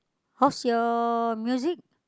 what's your music